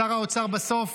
שר האוצר בסוף